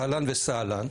אהלן וסהלן,